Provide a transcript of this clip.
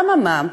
אמה מה,